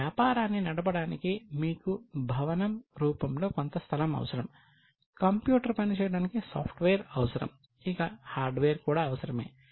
కాబట్టి వ్యాపారాన్ని నడపడానికి మీకు భవనం రూపంలో కొంత స్థలం అవసరం కంప్యూటర్ పని చేయడానికి సాఫ్ట్వేర్ కూడా అవసరమే